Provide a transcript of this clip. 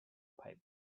pipe